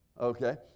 Okay